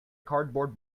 cardboard